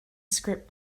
script